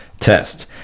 Test